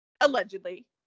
Allegedly